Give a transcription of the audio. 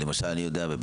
אני יודע למשל בבילינסון,